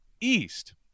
east